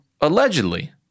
allegedly